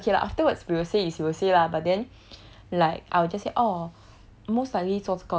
as in that's true lah as in okay lah afterwards we will say it's we will say lah but then like I will just say orh